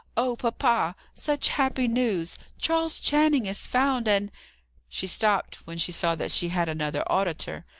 oh, papa! such happy news! charles channing is found, and she stopped when she saw that she had another auditor.